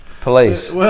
Police